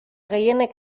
gehienek